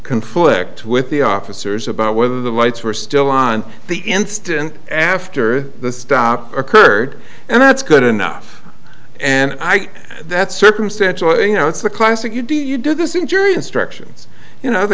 conflict with the officers about whether the lights were still on the instant after the stop occurred and that's good enough and i think that's circumstantial and you know it's a classic you do you do this in jury instructions you know the